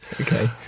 Okay